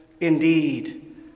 indeed